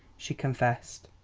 she confessed.